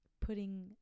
putting